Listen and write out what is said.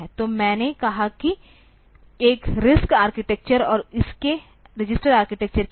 तो मैंने कहा कि एक RISC आर्किटेक्चर और इसके रजिस्टर आर्किटेक्चर के साथ